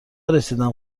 رسیدیم